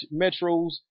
metros